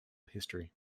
history